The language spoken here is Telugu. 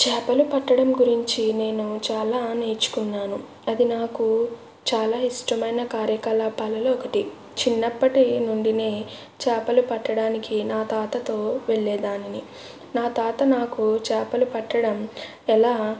చాపలు పట్టడం గురించి నేను చాలా నేర్చుకున్నాను అది నాకు చాలా ఇష్టమైన కార్యకలాపాలలో ఒకటి చిన్నప్పటి నుండినే చాపలు పట్టడానికి నా తాతతో వెళ్ళేదానిని నా తాత నాకు చాపలు పట్టడం ఎలా